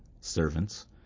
servants